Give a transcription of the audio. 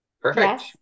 perfect